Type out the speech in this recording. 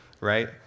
right